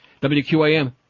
WQAM